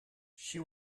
she